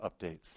updates